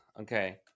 okay